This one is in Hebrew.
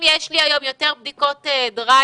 אם יש לי היום יותר בדיקות דרייב-אין